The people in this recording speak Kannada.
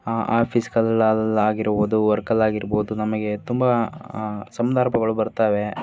ಆಫೀಸ್ಗಳಲಾಗಿರ್ಬೋದು ವರ್ಕಲ್ಲಿ ಆಗಿರ್ಬೋದು ನಮಗೆ ತುಂಬ ಸಂದರ್ಭಗಳು ಬರ್ತಾವೆ